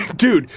dude,